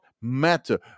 matter